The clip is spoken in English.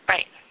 Right